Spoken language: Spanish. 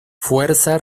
fuerza